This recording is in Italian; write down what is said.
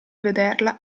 vederla